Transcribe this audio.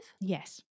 Yes